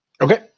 Okay